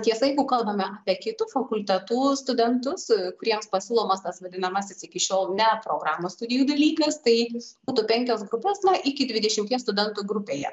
tiesa jeigu kalbame apie kitų fakultetų studentus kuriems pasiūlomas tas vadinamasis iki šiol ne programos studijų dalykas tai būtų penkios grupės na iki dvidešimties studentų grupėje